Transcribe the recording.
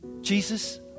Jesus